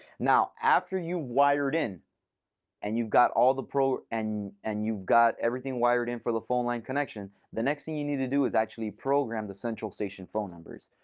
now after you've wired in and you've got all the pro and and you've got everything wired in for the phone line connection, the next thing you need to do is actually program the central station phone numbers.